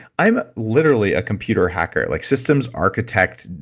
i'm literally a computer hacker, like systems architect,